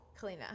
Kalina